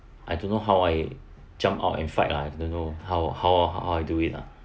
I don't know how I jump out and fight lah I don't know how how how I do it lah